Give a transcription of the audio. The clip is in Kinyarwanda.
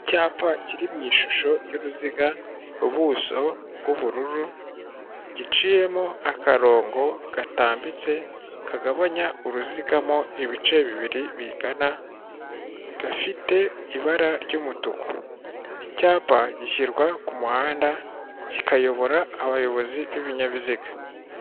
Icyapa kiri mu ishusho y'uruziga, ubuso bw'ubururu giciyemo akarongo gatambitse kagabanya uruziga mo ibice bibiri bingana, gafite ibara ry'umutuku. Icyapa gishyirwa ku muhanda kikayobora abayobozi b'ibinyabiziga.